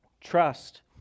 Trust